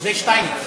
זה שטייניץ.